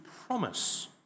promise